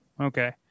Okay